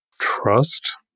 trust